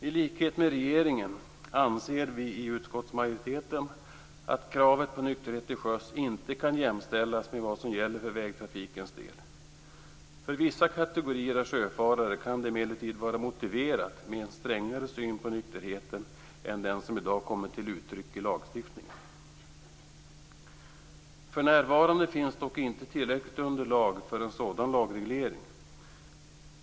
I likhet med regeringen anser vi i utskottsmajoriteten att kravet på nykterhet till sjöss inte kan jämställas med vad som gäller för vägtrafikens del. För vissa kategorier av sjöfarare kan det emellertid vara motiverat med en strängare syn på nykterheten än den som i dag kommit till uttryck i lagstiftningen. För närvarande finns det dock inte tillräckligt underlag för en sådan lagreglering.